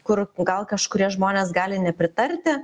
kur gal kažkurie žmonės gali nepritarti